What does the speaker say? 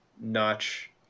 Notch